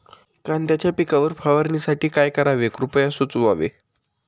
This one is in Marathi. कांद्यांच्या पिकावर फवारणीसाठी काय करावे कृपया सुचवावे